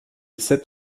sept